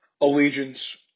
allegiance